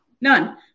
None